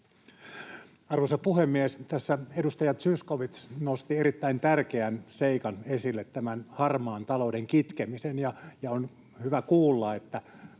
Arvoisa puhemies! Tässä edustaja Zyskowicz nosti erittäin tärkeän seikan esille, tämän harmaan talouden kitkemisen, ja on hyvä kuulla, että